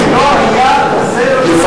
כל הנאום זה זריעת